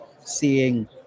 seeing